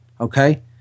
Okay